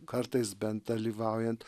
kartais bent dalyvaujant